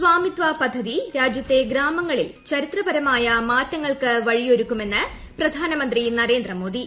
സ്വമിത്വ പദ്ധതി രാജ്യത്തെ ഗ്രാമങ്ങളിൽ ചരിത്രപരമായ മാറ്റങ്ങൾക്ക് വഴിയൊരുക്കുമെന്ന് പ്രധാനമന്ത്രി നരേന്ദ്രമോദി